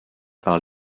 par